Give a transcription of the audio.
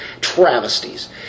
travesties